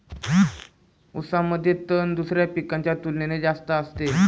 ऊसामध्ये तण दुसऱ्या पिकांच्या तुलनेने जास्त असते